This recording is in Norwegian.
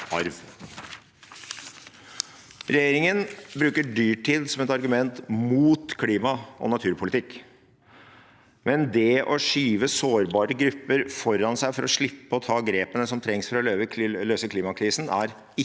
Regjeringen bruker dyrtid som et argument mot klima- og naturpolitikk, men det å skyve sårbare grupper foran seg for å slippe å ta grepene som trengs for å løse klimakrisen, er ikke